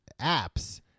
apps